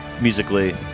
musically